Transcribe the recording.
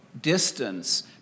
distance